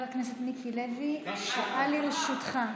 חבר הכנסת מיקי לוי, שעה לרשותך.